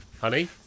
Honey